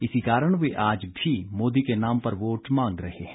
इसी कारण वे आज भी मोदी के नाम पर वोट मांग रहे हैं